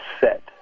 set